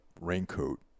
raincoat